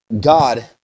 God